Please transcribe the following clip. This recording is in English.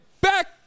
back